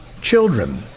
children